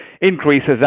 increases